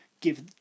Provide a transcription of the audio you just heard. give